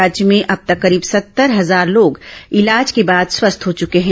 राज्य में अब तक करीब सत्तर हजार लोग इलाज के बाद स्वस्थ हो चुके हैं